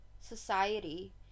society